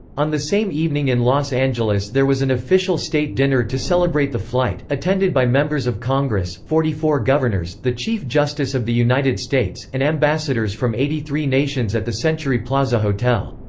on the same evening in los angeles there was an official state dinner to celebrate the flight, attended by members of congress, forty four governors, the chief justice of the united states, and ambassadors from eighty three nations at the century plaza hotel.